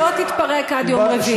הקואליציה לא תתפרק עד יום רביעי.